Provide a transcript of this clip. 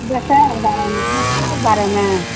दशहराके बारेमे दशहराके बारेमे